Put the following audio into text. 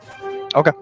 Okay